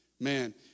Man